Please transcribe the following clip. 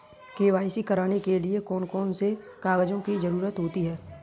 KYC करने के लिए कौन कौन से कागजों की जरूरत होती है?